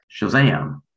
Shazam